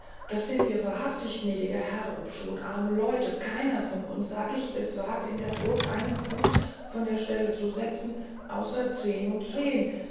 das sind wir wahrhaftig gnädiger herr obschon arme leute keiner von uns sag ich es wagt in der burg einen fuß von der stelle zu setzen außer zween und zween